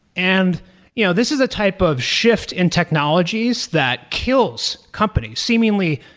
and you know this is a type of shift in technologies that kills companies. seemingly,